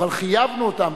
אבל חייבנו אותם,